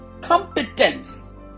Competence